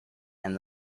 and